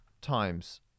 times